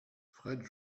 fred